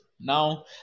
now